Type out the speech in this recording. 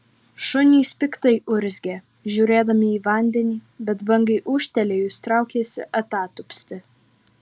šunys piktai urzgė žiūrėdami į vandenį bet bangai ūžtelėjus traukėsi atatupsti